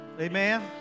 Amen